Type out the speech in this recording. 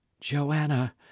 Joanna